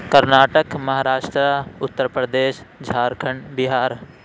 کرناٹکا مہاراشٹرا اُترپردیش جھار کھنڈ بِہار